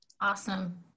Awesome